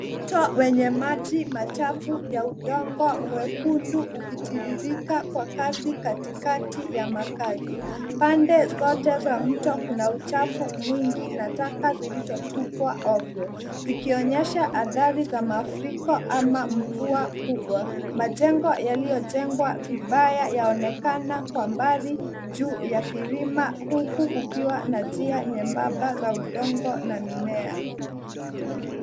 Mto wenye maji machafu ya udongo mwekundu ukitiririka kwa kasi katikati ya makazi. Pande zote za mto kuna uchafu mwingi na taka zilizotupwa ovyo zikionyesha athari za mafuriko ama mvua kubwa. Majengo yaliyojengwa vibaya yaonekana kwa mbali juu ya kilima huku kukiwa na jia nyembamba za udongo na mimea.